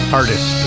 artist